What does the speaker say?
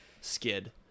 Skid